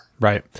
Right